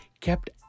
kept